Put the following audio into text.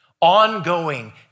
Ongoing